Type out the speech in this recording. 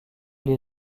les